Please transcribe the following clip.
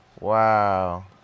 Wow